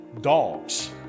dogs